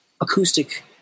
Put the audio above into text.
acoustic